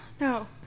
No